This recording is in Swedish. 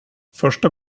första